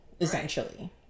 essentially